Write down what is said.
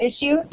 issue